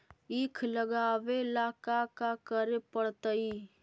ईख लगावे ला का का करे पड़तैई?